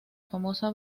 famosa